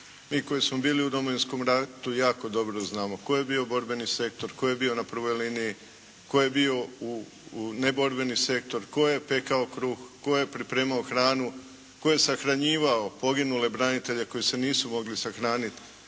Mi koji smo bili u Domovinskom ratu jako dobro znamo tko je bio borbeni sektor, tko je bio na prvoj liniji, tko je bio u neborbeni sektor, tko je pekao kruh, tko je pripremao hranu, tko je sahranjivao poginule branitelje koji se nisu mogli sahranit